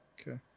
Okay